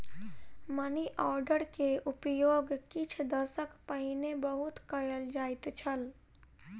money order के उपयोग किछ दशक पहिने बहुत कयल जाइत छल